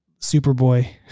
Superboy